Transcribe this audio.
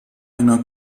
einer